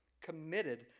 committed